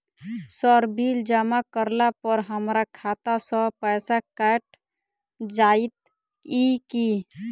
Sir bill जमा करला पर हमरा खाता सऽ पैसा कैट जाइत ई की?